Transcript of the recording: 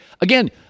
Again